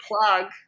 plug